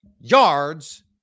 yards